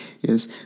Yes